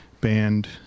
band